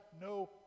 no